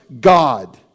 God